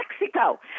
Mexico